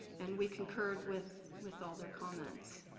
and we concurred with with all their comments.